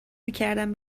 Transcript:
میکردم